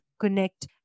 connect